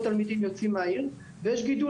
תלמידים עוזבים את העיר ויש גידול,